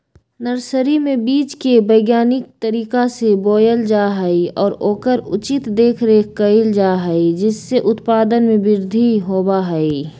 nursery में बीज के वैज्ञानिक तरीका से बोयल जा हई और ओकर उचित देखरेख कइल जा हई जिससे उत्पादन में वृद्धि होबा हई